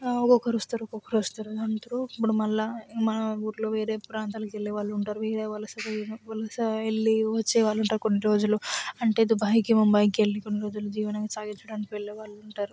ఒకొక్కరు వస్తారు ఒకొక్కరు వస్తారు ఉంతరు ఇప్పుడు మళ్ళా మన ఊళ్ళో వేరే ప్రాంతానికి వెళ్ళేవాళ్ళు ఉంటారు వేరే వలసకి వలస వెళ్ళి వచ్చేవాళ్ళు ఉంటారు కొన్ని రోజులు అంటే దుబాయ్కి ముంబాయ్కి వెళ్ళి కొన్ని రోజులు జీవనం సాగించడానికి వెళ్ళేవాళ్ళు ఉంటారు